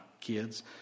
kids